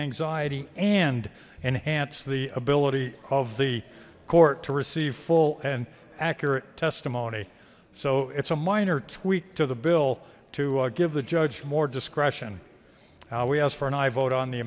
anxiety and enhance the ability of the court to receive full and accurate testimony so it's a minor tweak to the bill to give the judge more discretion now we ask for an aye vote on the